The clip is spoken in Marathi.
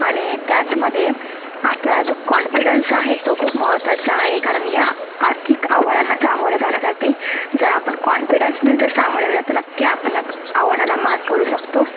आणि त्याचमध्ये आपला जो कॉन्फिडन्स आहे तो खूप महत्वाचा आहे कारण या आर्थिक आव्हानांना सामोरे जाण्यासाठी जर आपण कॉन्फिडन्सने जर सामोरे गेलो तर नक्की आपण या आव्हानाला मात करू शकतो